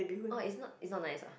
orh it's not it's not nice ah